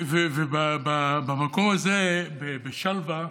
במקום הזה, בשלוה,